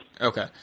Okay